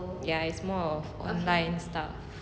ya it's more of online stuff